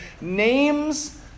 names